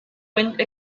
wind